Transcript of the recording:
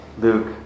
Luke